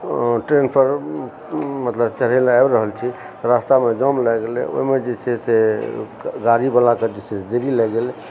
ट्रेनपर मतलब चढ़य लाऽ आबि रहल छी रस्तामे जाम लागि गेलैए ओहिमे जे छै से गाड़िवलाके जे छै से देरी लागि गेलैए